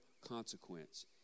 consequence